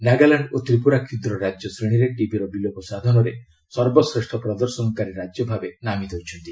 ନାଗାଲାଣ୍ଡ ଓ ତ୍ରିପୁରା କ୍ଷୁଦ୍ରରାଜ୍ୟ ଶ୍ରେଣୀରେ ଟିବିର ବିଲୋପ ସାଧନରେ ସର୍ବଶ୍ରେଷ୍ଠ ପ୍ରଦର୍ଶନକାରୀ ରାଜ୍ୟ ଭାବେ ନାମିତ ହୋଇଛନ୍ତି